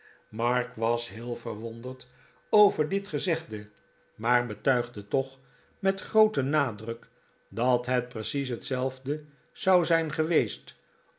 mark was heel verwonderd over dit gezegde maar betuigde toch met grooten nadruk dat het precies hetzelfde zou zijn geweest